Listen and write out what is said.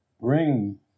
bring